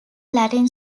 latin